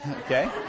Okay